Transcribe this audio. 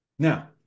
Now